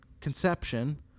conception